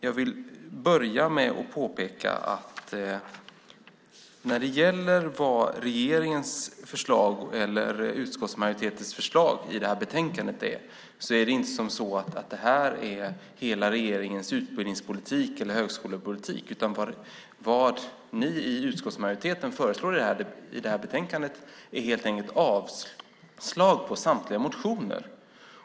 Jag vill börja med att påpeka att när det gäller utskottsmajoritetens förslag i detta betänkande är det inte hela regeringens utbildningspolitik eller högskolepolitik, utan vad ni i utskottsmajoriteten föreslår i detta betänkande är helt enkelt ett avslag på samtliga motioner.